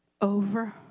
over